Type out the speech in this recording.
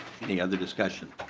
any other discussion?